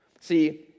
See